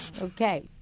Okay